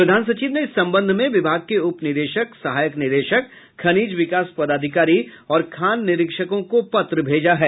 प्रधान सचिव ने इस संबंध में विभाग के उप निदेशक सहायक निदेशक खनिज विकास पदाधिकारी और खान निरीक्षकों को पत्र भेजा है